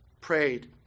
prayed